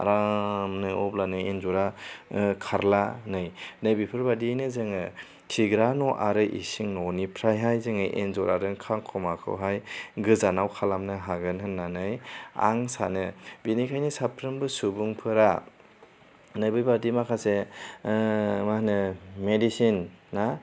आरामनो अब्लानो एन्जरा खारला नै नैबेफोर बायदियैनो जोङो खिग्रा न' आरो इसिं न'निफ्रायहाय जोङो एन्जर आरो खांख'माखौहाय गोजानाव खालामनो हागोन होन्नानै आं सानो बेनिखायनो साफ्रोमबो सुबुंफोरा नैबेबायदि माखासे मा होनो मेदिसिन ना